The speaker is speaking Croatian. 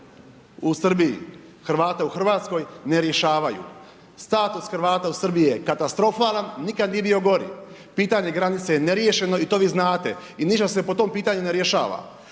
u Srbiji, Hrvata u Hrvatskoj ne rješavaju. Status Hrvata u Srbiji je katastrofalan, nikada nije bio gori. Pitanje granice je neriješeno i to vi znate i ništa se po tom pitanju ne rješava.